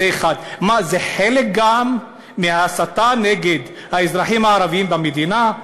מה, גם זה חלק מההסתה נגד האזרחים הערבים במדינה?